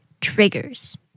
triggers